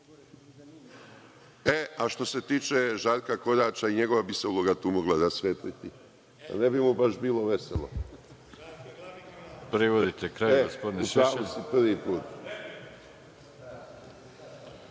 Što se tiče Žarka Koraća, i njegova bi se uloga tu mogla rasvetliti. Ne bi mu baš bilo veselo.(Zoran